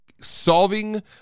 solving